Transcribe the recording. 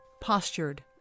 postured